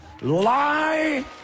lie